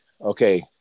Okay